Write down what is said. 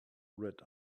red